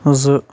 زٕ